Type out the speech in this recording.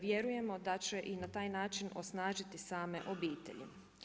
Vjerujemo da će i na taj način osnažiti same obitelji.